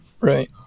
Right